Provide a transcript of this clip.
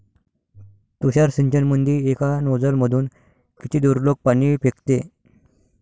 तुषार सिंचनमंदी एका नोजल मधून किती दुरलोक पाणी फेकते?